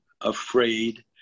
afraid